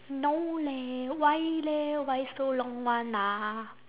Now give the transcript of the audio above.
no leh why leh why so long [one] ah